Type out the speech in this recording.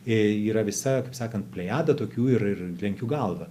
yra visa taip sakant plejada tokių ir lenkiu galvą